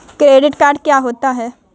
Credit card क्या होता है?